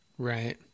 Right